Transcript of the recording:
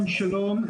שלום,